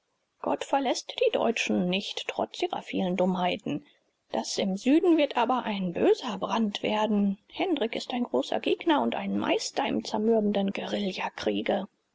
gott verläßt die deutschen nicht trotz ihrer vielen dummheiten das im süden wird aber ein böser brand werden hendrik ist ein großer gegner und ein meister im zermürbenden guerillakriege